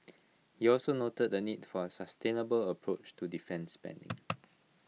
he also noted the need for A sustainable approach to defence spending